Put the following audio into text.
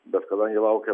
bet kadangi laukia